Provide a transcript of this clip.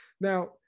Now